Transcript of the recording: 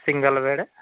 single bed